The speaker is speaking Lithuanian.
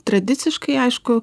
tradiciškai aišku